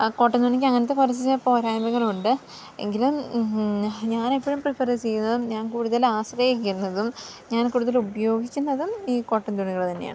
cotton തുണിക്ക് അങ്ങനത്തെ കുറച്ച് പോരായ്മകളുണ്ട് എങ്കിലും ഞാനെപ്പോഴും പ്രിഫര് ചെയ്യുന്നതും ഞാന് കൂടുതല് ആശ്രയിക്കുന്നതും ഞാന് കൂടുതല് ഉപയോഗിക്കുന്നതും ഈ കോട്ടൻ തുണികള് തന്നെയാണ്